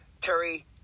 Terry